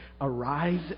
arise